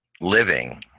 living